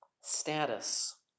status